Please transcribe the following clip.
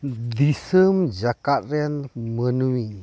ᱫᱤᱥᱚᱢ ᱡᱟᱠᱟᱫ ᱨᱮᱱ ᱢᱟᱹᱱᱢᱤ